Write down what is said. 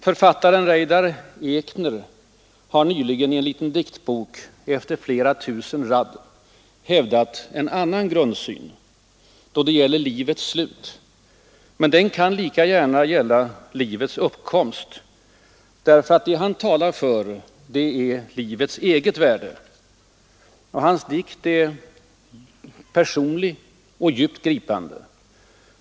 Författaren Reidar Ekner har nyligen i en liten diktbok, ”Efter flera tusen rad”, hävdat en annan grundsyn då det gäller livets slut. Men den kan lika gärna gälla livets uppkomst, därför att det han talar för är livets eget värde. Hans dikt är personlig och djupt gripande.